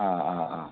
ആ ആ ആ